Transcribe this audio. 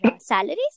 salaries